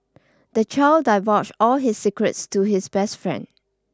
the child divulged all his secrets to his best friend